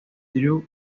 drew